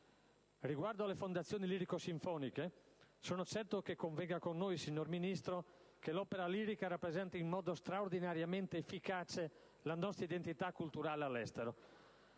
Riguardo alle fondazioni lirico-sinfoniche, sono certo che convenga con noi, signor Ministro, sul fatto che l'opera lirica rappresenta in modo straordinariamente efficace la nostra identità culturale all'estero.